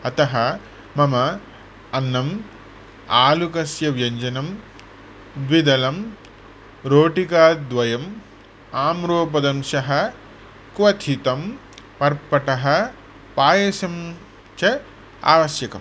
अतः मम अन्नम् आलुकस्य व्यञ्जनं द्विदलं रोटिकाद्वयम् आम्रोपदंशः क्वथितं पर्पटः पायसं च आवश्यकम्